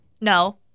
No